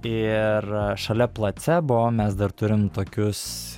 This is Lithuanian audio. ir šalia placebo mes dar turim tokius